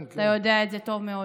אתה יודע את זה טוב מאוד.